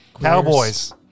cowboys